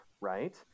Right